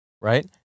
right